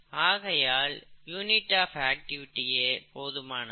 ஆகையால் unit of activity யே போதுமானது